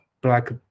black